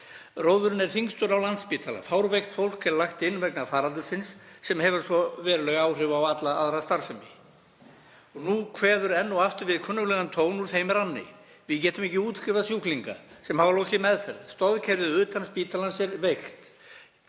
Róðurinn er þyngstur á Landspítala. Fárveikt fólk er lagt inn vegna faraldursins sem hefur veruleg áhrif á alla aðra starfsemi. Nú kveður enn og aftur við kunnuglegan tón úr þeim ranni. Við getum ekki útskrifað sjúklinga sem hafa lokið meðferð. Stoðkerfið utan spítalans er veikt.